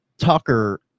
Tucker